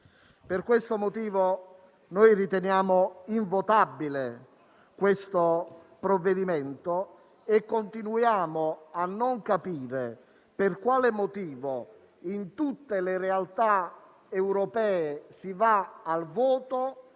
Per questo motivo non riteniamo votabile il provvedimento al nostro esame e continuiamo a non capire per quale motivo in tutte le realtà europee si vada al voto